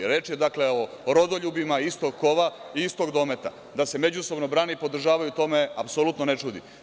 Reč je dakle o rodoljubima istog kova i istog dometa, da se međusobno brane i podržavaju to me apsolutno ne čudi.